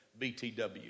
BTW